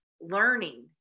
learning